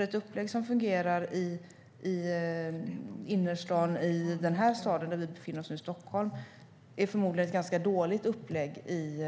Ett upplägg som fungerar i innerstan här i Stockholm är förmodligen ett ganska dåligt upplägg i